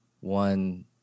one